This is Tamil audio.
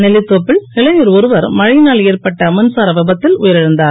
நெல்லிதோப்பில் இளைஞர் ஒருவர் மழையினால் ஏற்பட்ட மின்சார விபத்தில் உயிரிழந்தார்